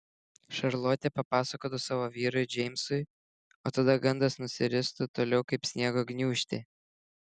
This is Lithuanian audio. šarlotė papasakotų savo vyrui džeimsui o tada gandas nusiristų toliau kaip sniego gniūžtė